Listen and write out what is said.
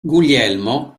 guglielmo